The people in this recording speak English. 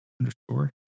underscore